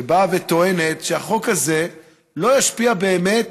שבאה וטוענת שהחוק הזה לא ישפיע באמת